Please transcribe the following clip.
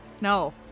No